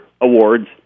awards